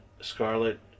Scarlet